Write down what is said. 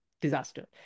disaster